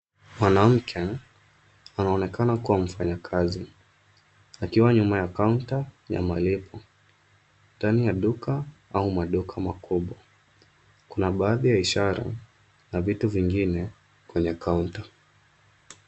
Mwanamke anaonekana kuwa mfanyakazi akiwa nyuma ya kaunta ya malipo ndani ya duka au maduka makubwa. Kuna baadhi ya ishara na vitu vingine kwenye kaunta.